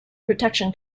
protection